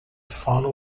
final